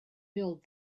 build